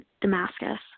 Damascus